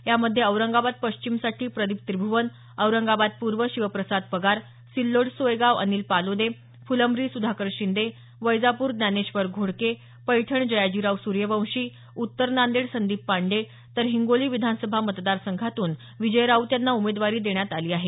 यामध्ये औरंगाबाद पश्चिमसाठी प्रदीप त्रिभ्वन औरंगाबाद पुर्व शिवप्रसाद पगार सिल्लोड सोयगाव अनिल पालोदे फुलंब्री सुधाकर शिंदे वैजापूर ज्ञानेश्वर घोडके पैठण जयाजीराव सुर्यवंशी उत्तर नांदेड संदीप पांडे तर हिंगोली विधानसभा मतदारसंघातून विजय राऊत यांना उमेदवारी देण्यात आली आहे